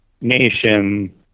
nation